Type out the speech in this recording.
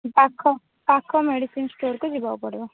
ପାଖ ପାଖ ମେଡ଼ିସିନ୍ ଷ୍ଟୋର୍କୁ ଯିବାକୁ ପଡ଼ିବ